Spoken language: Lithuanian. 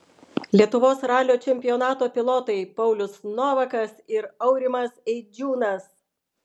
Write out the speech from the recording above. lietuvos ralio čempionato pilotai paulius novakas ir aurimas eidžiūnas